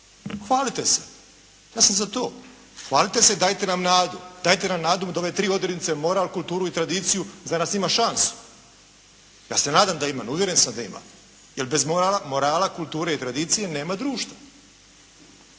Hvalite se. Ja sam za to, hvalite se i dajte nam nadu, dajte nam nadu da u ove 3 odrednice, moral, kulturu i tradiciju za nas ima šansu. Ja se nadam da ima i uvjeren sam da ima, jer bez morala, kulture i tradicije nema društva.